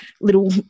little